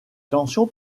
tensions